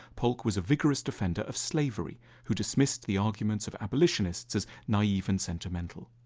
polk was a vigorous defender of slavery, who dismissed the arguments of abolitionists as naive and sentimental.